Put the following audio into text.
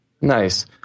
Nice